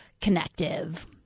connective